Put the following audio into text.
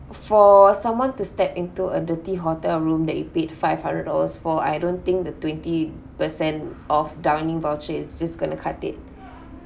for someone to step into a dirty hotel room that you paid five hundred dollars for I don't think the twenty percent of dining vouchers it's just going to cut it